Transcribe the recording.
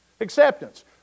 Acceptance